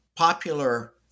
popular